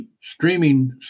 streaming